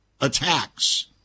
attacks